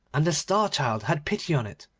and the star-child had pity on it,